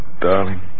darling